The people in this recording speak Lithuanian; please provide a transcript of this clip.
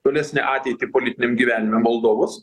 tolesnę ateitį politiniam gyvenime moldovos